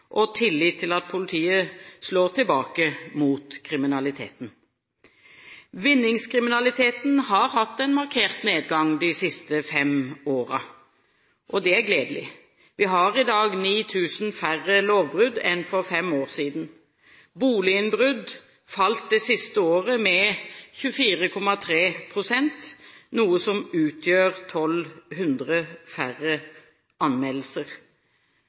og tillit til at politiet slår tilbake mot kriminaliteten. Vinningskriminaliteten har hatt en markert nedgang de siste fem årene, og det er gledelig. Vi har i dag 9 000 færre lovbrudd enn for fem år siden. Boliginnbrudd falt det siste året med 24,3 pst., noe som utgjør 1 200 færre anmeldelser.